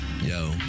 Yo